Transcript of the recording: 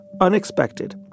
Unexpected